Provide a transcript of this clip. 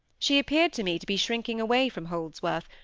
she appeared to me to be shrinking away from holdsworth,